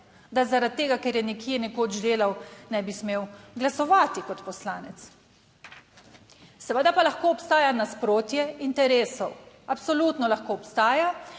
da zaradi tega, ker je nekje nekoč delal, ne bi smel glasovati kot poslanec. Seveda pa lahko obstaja nasprotje interesov, absolutno lahko obstaja